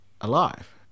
alive